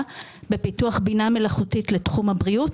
בפיתוח בינה מלאכותית לתחום הבריאות.